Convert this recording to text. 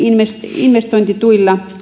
investointituilla